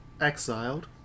Exiled